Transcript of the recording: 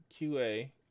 QA